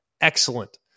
excellent